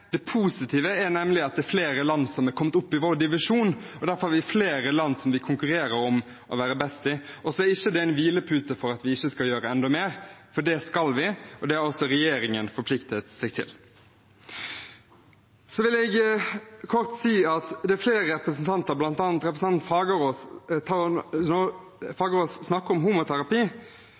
Det positive er nemlig at det er flere land som har kommet opp i vår divisjon, og derfor har vi flere land vi konkurrerer med om å være best. Det er ikke en hvilepute for at vi ikke skal gjøre enda mer, for det skal vi, og det har også regjeringen forpliktet seg til. Så vil jeg kort si at det er flere representanter, bl.a. representanten Fagerås, som når de snakker om homoterapi,